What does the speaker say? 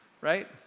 Right